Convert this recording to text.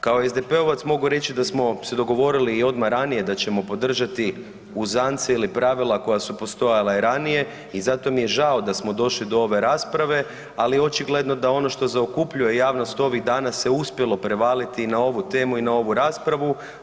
Kao SDP-ovac mogu reći da smo se dogovorili i odmah ranije da ćemo podržati uzance ili pravila koja su postojala i ranije i zato mi je žao da smo došli do ove rasprave, ali očigledno da ono što zaokupljuje javnost ovih dana se uspjelo prevaliti i na ovu temu i na ovu raspravu.